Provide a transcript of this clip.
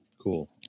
cool